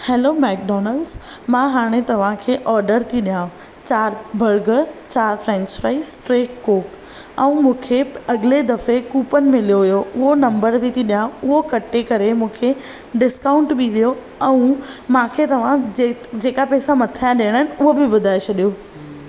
hello McDonald's मां हाणे तव्हांखे ऑर्डरु थी ॾियां चारि बर्गर चारि फ्रेंच फ़्राइस टे कोक ऐं मूंखे अगि॒ले दफ़े कुपन मिलियो हुयो उहो नंबरु बि थी ॾियां उहो कटे करे मूंखे डिस्काउंटु बि ॾियो ऐं मूंखे तव्हां जेका पैसा मथे जा ॾियणा आहिनि उहो बि ॿुधाए छॾियो